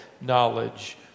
knowledge